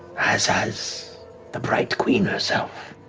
as has the bright queen herself.